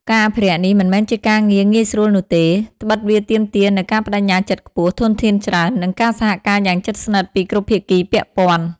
ការអភិរក្សនេះ មិនមែនជាការងារងាយស្រួលនោះទេ ត្បិតវាទាមទារនូវការប្តេជ្ញាចិត្តខ្ពស់ ធនធានច្រើន និងការសហការយ៉ាងជិតស្និទ្ធពីគ្រប់ភាគីពាក់ព័ន្ធ។